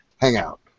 hangout